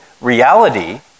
reality